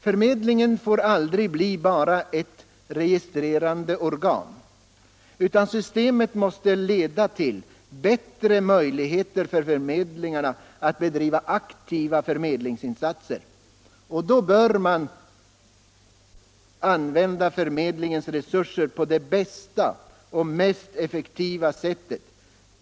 Förmedlingen får aldrig bli bara ett registrerande organ, utan systemet måste leda till bättre möjligheter för förmedlingarna att göra aktiva förmedlingsinsatser, och då bör man använda förmedlingens resurser på det bästa och mest effektiva sättet.